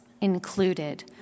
included